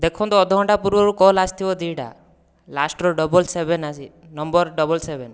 ଦେଖନ୍ତୁ ଅଧଘଣ୍ଟା ପୂର୍ବରୁ କଲ ଆସିଥିବ ଦି'ଟା ଲାଷ୍ଟର ଡବଲ ସେଭେନ ଅଛି ନମ୍ବର ଡବଲ ସେଭେନ